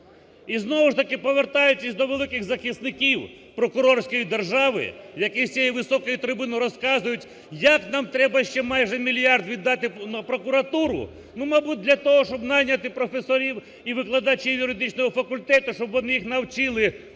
І, знову ж таки, повертаючись до великих захисників прокурорської держави, які з цієї високої трибуни розказують як нам треба ще майже мільярд віддати в прокуратуру? Мабуть для того, щоб найняти професорів і викладачів юридичного факультету, щоб вони їх навчили